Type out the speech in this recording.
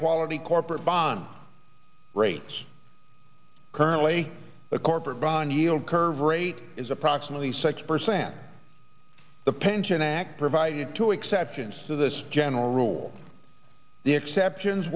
quality corporate bond rates currently the corporate bond yield curve rate is approximately six percent the pension act provided two exceptions to this general rule the exceptions